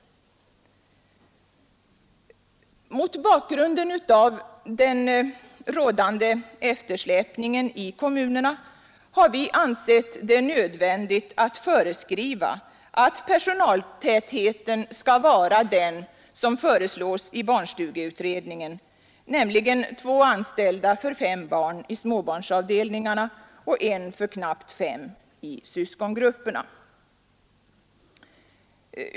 Mot bakgrunden av den rådande eftersläpningen i kommunerna har vi ansett det nödvändigt att föreskriva att personaltätheten skall vara den som föreslås i barnstugeutredningen, nämligen två anställda för fem barn i småbarnsavdelningarna och en för knappt fem barn i syskongrupperna.